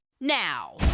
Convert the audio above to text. now